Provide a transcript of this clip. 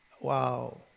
Wow